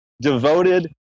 devoted